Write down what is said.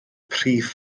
prif